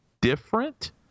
different